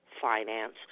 finance